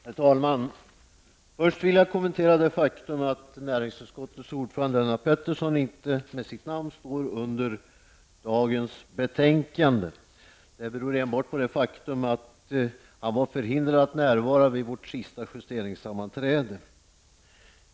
Herr talman! Först vill jag kommentera det faktum att näringsutskottets ordförande Lennart Pettersson inte står under dagens betänkande med sitt namn. Det beror enbart på att han var förhindrad att närvara vid vårt sista justeringssammanträde.